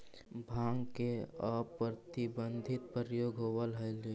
भाँग के अप्रतिबंधित प्रयोग होवऽ हलई